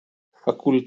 פקולטות